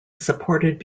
supported